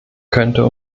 könnte